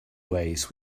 ways